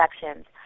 sections